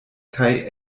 kaj